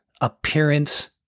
appearance